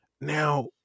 Now